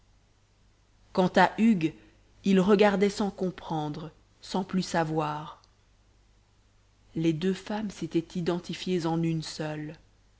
quant à hugues il regardait sans comprendre sans plus savoir les deux femmes s'étaient identifiées en une seule